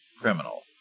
criminal